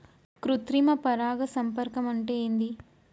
కృత్రిమ పరాగ సంపర్కం అంటే ఏంది?